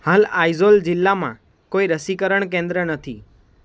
હાલ આઇઝોલ જિલ્લામાં કોઈ રસીકરણ કેન્દ્ર નથી